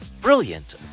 brilliant